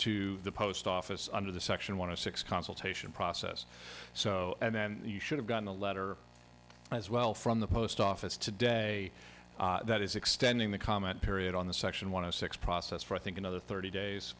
to the post office under the section one of six consultation process so and then you should have gotten a letter as well from the post office today that is extending the comment period on the section one of six process for i think another thirty days